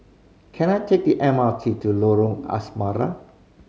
can I take the M R T to Lorong Asrama